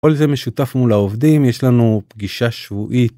‫כל זה משותף מול העובדים, ‫יש לנו פגישה שבועית.